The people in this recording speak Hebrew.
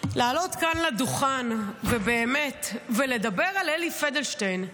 לעלות כאן לדוכן ובאמת ולדבר על אלי פדלשטיין.